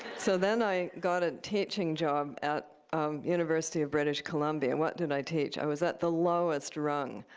so then i got a teaching job at university of british columbia. and what did i teach? i was at the lowest rung.